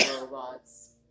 robots